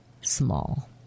small